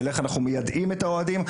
של איך אנחנו מיידעים את האוהדים,